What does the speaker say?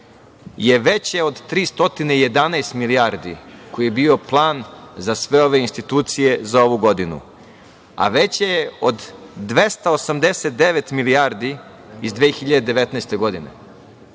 je veće od 311 milijardi koji je bio plan za sve ove institucije za ovu godinu, a veće je od 289 milijardi iz 2019. godine. Dakle,